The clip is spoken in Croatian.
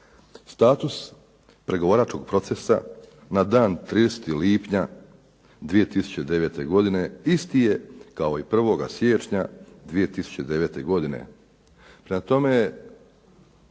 "Status pregovaračkog procesa na 30. lipnja 2009. godine isti je kao i 1. siječnja 2009. godine."